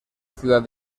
ciudad